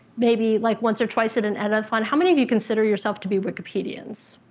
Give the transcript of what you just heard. maybe like once or twice at an edit-a-thon. how many of you consider yourself to be wikipedians?